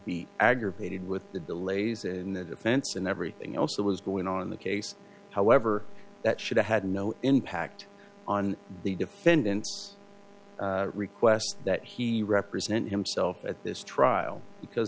be aggravated with the delays in the defense and everything else that was going on in the case however that should have had no impact on the defendant's request that he represented himself at this trial because